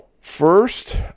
first